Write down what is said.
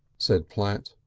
said platt.